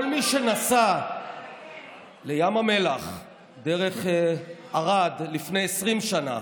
כל מי שנסע לים המלח דרך ערד לפני 20 שנה